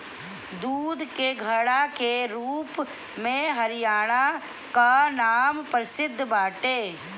दूध के घड़ा के रूप में हरियाणा कअ नाम प्रसिद्ध बाटे